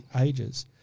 ages